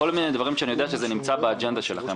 כל מיני דברים שאני יודע שנמצאים באג'נדה שלכם.